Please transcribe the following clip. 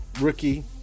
rookie